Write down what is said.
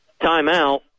timeout